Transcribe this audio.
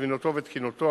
זמינותו ותקינותו,